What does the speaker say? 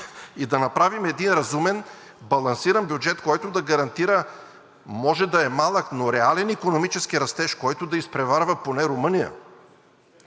и да направим един разумен, балансиран бюджет, който да гарантира – може да е малък, но реален икономически растеж, който да изпреварва поне Румъния,